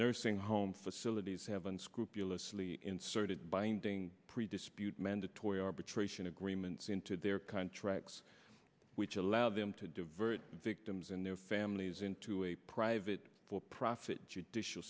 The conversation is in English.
nursing home facilities have been scrupulously inserted binding pre dispute mandatory arbitration agreements into their contracts which allow them to divert victims and their families into a private for profit judicial